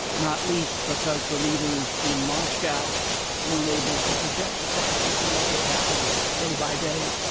not least because the leaders in moscow weren't able to project the crisis and what would happen day by day.